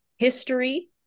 History